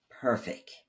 perfect